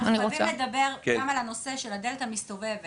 אנחנו גם חייבים לדבר על הנושא של ״הדלת המסתובבת״,